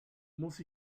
muss